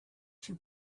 two